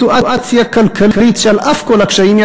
מסיטואציה כלכלית שעל אף כל הקשיים היא